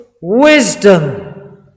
wisdom